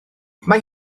mae